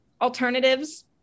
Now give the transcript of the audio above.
alternatives